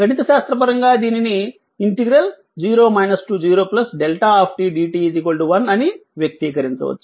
గణిత శాస్త్ర పరంగా దీనిని 0 0δ dt 1 అని వ్యక్తీకరించవచ్చు